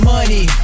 Money